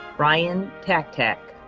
ryan tactac.